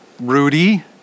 Rudy